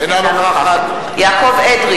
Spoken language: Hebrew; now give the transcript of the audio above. אינה נוכחת יעקב אדרי